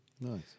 Nice